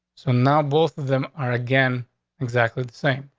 so now both of them are again exactly the same.